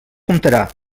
comptarà